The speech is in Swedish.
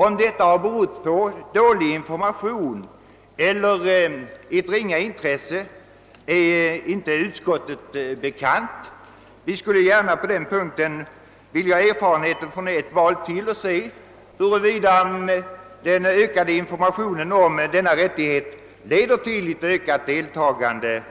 Om detta har berott på dålig information eller ett ringa intresse är inte bekant för utskottet. Vi skulle på den punkten vilja ha erfarenhet från ytterligare ett val för att se huruvida den ökade informationen om denna rättighet leder till ökat valdeltagande